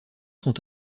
sont